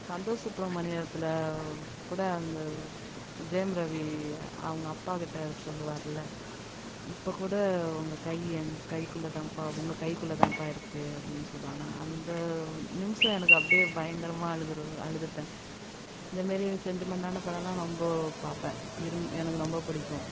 சந்தோஷ் சுப்பிரமணியத்தில் கூட அந்த ஜெயம் ரவி அவங்க அப்பாக்கிட்டே சொல்வார்ல இப்போ கூட உங்கள் கை என் கைக்குள்ளே தான்ப்பா உங்கள் கைக்குள்ளே தான்ப்பா இருக்குது அப்படினு சொல்வான் அந்த நிமிஷம் எனக்கு அப்படியே பயங்கரமாக அழுதுருவேன் அழுதுட்டேன் இந்தமாரி சென்டிமெண்ட்டான படம்லாம் ரொம்ப பார்ப்பேன் விரும்பி எனக்கு ரொம்ப பிடிக்கும்